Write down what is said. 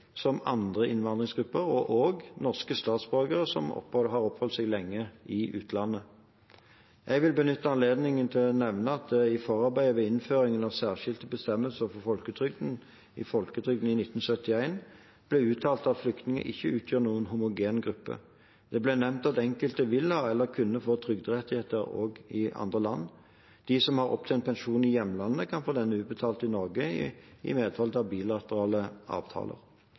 som andre innvandringsgrupper, og også norske statsborgere som har oppholdt seg lenge i utlandet. Jeg vil benytte anledningen til å nevne at det i forarbeidet ved innføringen av særskilte bestemmelser i folketrygden i 1971 ble uttalt at flyktninger ikke utgjør noen homogen gruppe. Det ble nevnt at enkelte ville eller kunne få trygderettigheter også i andre land. De som har opptjent pensjon i hjemlandet, kan få den utbetalt i Norge i medhold av bilaterale avtaler.